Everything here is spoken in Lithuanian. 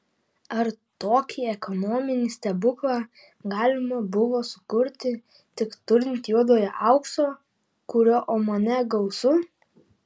ar tokį ekonominį stebuklą galima buvo sukurti tik turint juodojo aukso kurio omane gausu